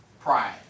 pride